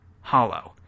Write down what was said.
hollow